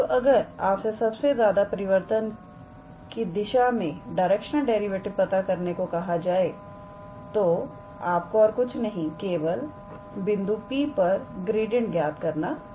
तोअगर आपसे सबसे ज्यादा परिवर्तन की दिशा में डायरेक्शनल डेरिवेटिव पता करने को कहा गया है तो आपको और कुछ नहीं केवल बिंदु P पर ग्रेडियंट ज्ञात करना होगा